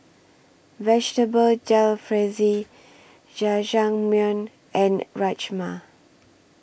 Vegetable Jalfrezi Jajangmyeon and Rajma